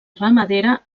ramadera